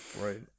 right